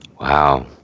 Wow